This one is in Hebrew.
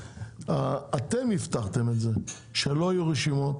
אתם הבטחתם את זה שלא יהיו רשימות